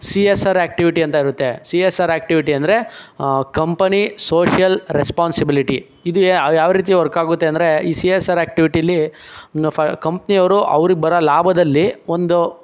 C S R activity ಅಂತ ಇರುತ್ತೆ C S R activity ಅಂದರೆ ಕಂಪನಿ ಸೋಷಿಯಲ್ ರೆಸ್ಪಾನ್ಸಿಬಿಲಿಟಿ ಇದು ಯಾವ ರೀತಿ ವರ್ಕ್ ಆಗುತ್ತೆ ಅಂದರೆ ಈ ಸಿ ಎಸ್ ಆರ್ ಆ್ಯಕ್ಟಿವಿಟಿಲಿ ಕಂಪ್ನಿ ಅವರು ಅವ್ರಿಗೆ ಬರೋ ಲಾಭದಲ್ಲಿ ಒಂದು